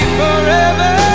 forever